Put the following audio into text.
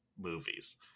movies